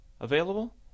available